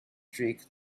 streak